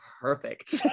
perfect